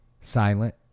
silent